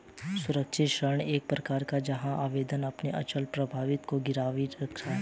सुरक्षित ऋण एक प्रकार है जहां एक आवेदक अपनी अचल संपत्ति को गिरवी रखता है